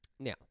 Now